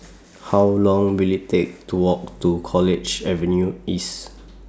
How Long Will IT Take to Walk to College Avenue East